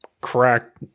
crack